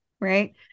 right